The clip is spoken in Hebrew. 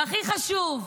והכי חשוב,